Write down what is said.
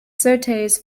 surtees